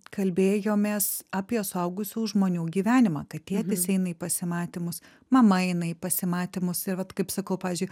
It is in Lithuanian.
kalbėjomės apie suaugusių žmonių gyvenimą kad tėtis eina į pasimatymus mama eina į pasimatymus ir vat kaip sakau pavyzdžiui